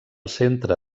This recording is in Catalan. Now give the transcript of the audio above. centre